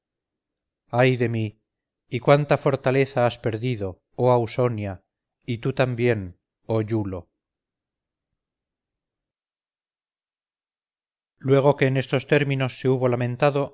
ay de mi y cuánta fortaleza has perdido oh ausonia y tú también oh iulo luego que en estos términos se hubo lamentado